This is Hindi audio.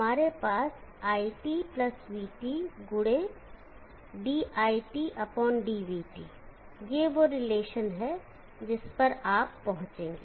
हमारे पास iT vT गुड़े diT d vT यह वह रिश्ता है जिस पर कि आप पहुंचेंगे